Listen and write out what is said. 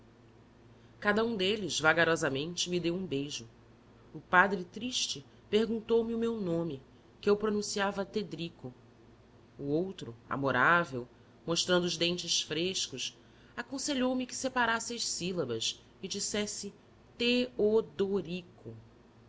cada um deles vagarosamente me deu um beijo o padre triste perguntou-me o meu nome que eu pronunciava tedrico o outro amorável mostrando os dentes frescos aconselhou-me que separasse as sílabas e dissesse te o do ri co